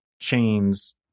chains